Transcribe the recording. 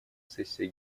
сессия